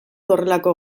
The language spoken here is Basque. horrelako